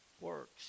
works